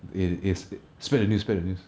eh eh sp~ spread the news spread the news